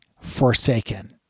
forsaken